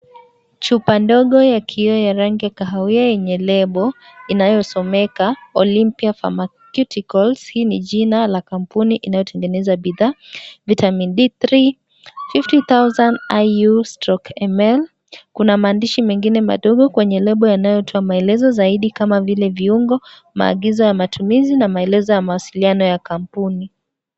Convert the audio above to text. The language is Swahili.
Chupa ndogo ya kioo ya rangi ya kahawia yenye lebo, inayosomeka, Olympia Pharmaceuticals. Hii ni jina la kampuni inayotengeneza bidhaa, Vitamin D3, 50000 IU/ml. Kuna maandishi mengine madogo kwenye lebo yanayotoa maelezo zaidi kama vile, viungo, maagizo ya matumizi na maelezo ya mawasiliano ya kampuni.